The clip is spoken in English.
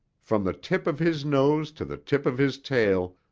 from the tip of his nose to the tip of his tail,